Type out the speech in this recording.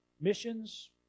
missions